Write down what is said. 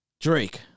Drake